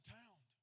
town